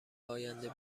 آینده